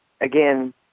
again